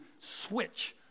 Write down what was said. switch